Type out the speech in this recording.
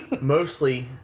Mostly